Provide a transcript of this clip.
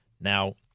Now